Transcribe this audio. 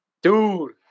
Dude